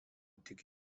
tik